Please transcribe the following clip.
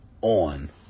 on